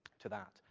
to that.